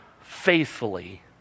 faithfully